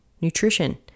nutrition